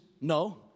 No